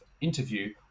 interview